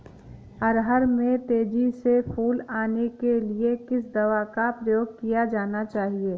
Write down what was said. अरहर में तेजी से फूल आने के लिए किस दवा का प्रयोग किया जाना चाहिए?